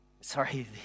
sorry